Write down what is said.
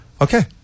Okay